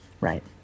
right